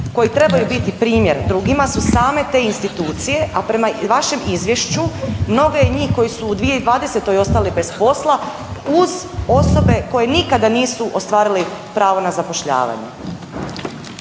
koji trebaju biti primjer dugima su same te institucije, a prema vašem izvješću mnogi od njih koji su u 2020. ostali bez posla uz osobe koje nikada nisu ostvarili pravo na zapošljavanje.